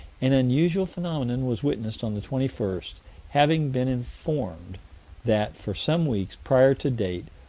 an unusual phenomenon was witnessed on the twenty first having been informed that, for some weeks prior to date,